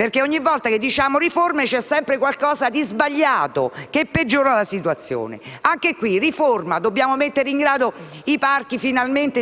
perché ogni volta che la pronunciamo c'è sempre qualcosa di sbagliato che peggiora la situazione. Anche qui, con la riforma, dobbiamo mettere finalmente in grado i parchi